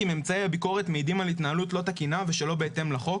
ממצאי הביקורת מעידים על התנהלות לא תקינה ושלא בהתאם לחוק,